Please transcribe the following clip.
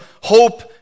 hope